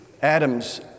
Adam's